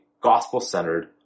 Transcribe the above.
gospel-centered